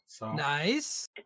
Nice